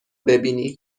ببینی